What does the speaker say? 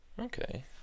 Okay